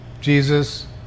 Jesus